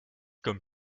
comme